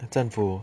政府